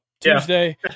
Tuesday